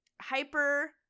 hyper